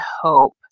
hope